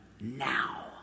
Now